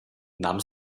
nahm